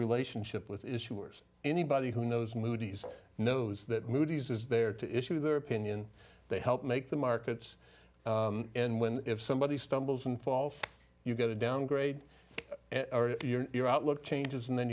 relationship with issuers anybody who knows moody's knows that moody's is there to issue their opinion they help make the markets and when if somebody stumbles and falls you get a downgrade your outlook changes and then